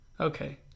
Okay